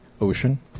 ocean